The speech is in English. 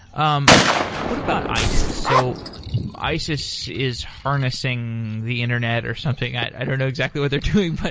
um what about isis? so isis is harnessing the internet, or something. i don't know exactly what they're doing. but